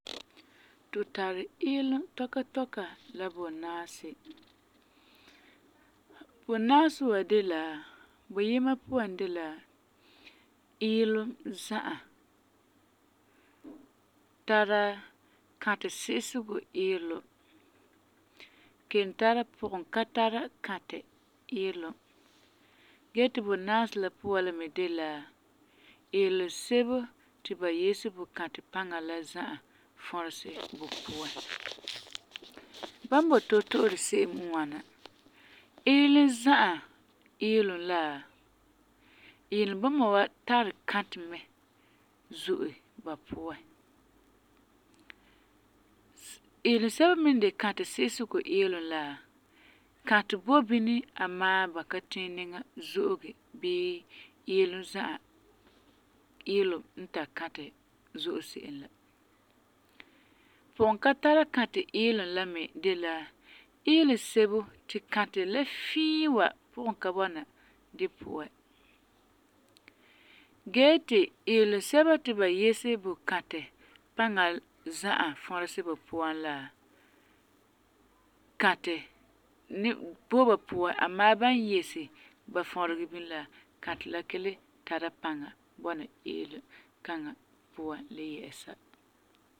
Tu tari iilum tɔka tɔka la bunaasi. Bunaasi wa de la, buyima puan de la: Iilum za'a, tara kãtɛ si'isegɔ iilum, kelum tara pugum ka tara kãtɛ iilum gee ti bunaasi la me puan de la iilum sebo ti ba yese bu kãtɛ paŋa la za'a fɔresɛ bu puan. Bam boi toto'ore se'em n ŋwana: Iilum za'a iilum la, iilum buna wa tari kãtɛ mɛ zo'e ba puan, iilum sebo me n de kãtɛ si'isegɔ iilum la, kãtɛ boi bini amaa ba ka tiɛ niŋa zo'oge bii iilum zã'a iilum n tari kãtɛ zo'e se'em la. Pugum ka tara kãtɛ iilum la me de la iilum sebo ti kãtɛ la fii wa pugum ka bɔna di puan. Gee ti iilum sebo ti ba yese bu kãtɛ paŋa za'a fɔresɛ di puan la, kãtɛ ni boi bu puan amaa ba n yese ba fɔregɛ bini la, kãtɛ la ka le tara paŋa bɔna iilum kaŋa puan le yɛ'ɛsa.